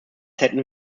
hätten